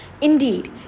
indeed